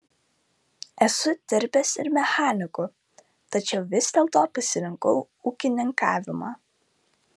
esu dirbęs ir mechaniku tačiau vis dėlto pasirinkau ūkininkavimą